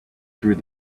through